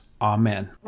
amen